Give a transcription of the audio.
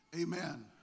Amen